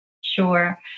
Sure